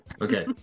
Okay